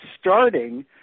starting